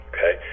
Okay